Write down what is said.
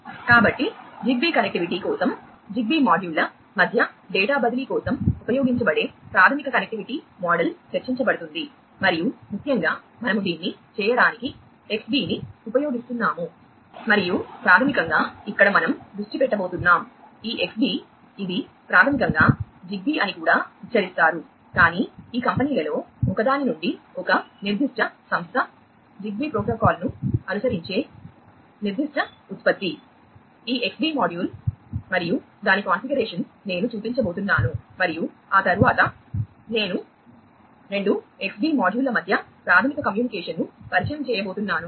కాబట్టి Zigbee connectivity కోసం Zigbee మాడ్యూళ్ళ ను ఉపయోగించి నేను తదుపరిది చేయబోతున్నాను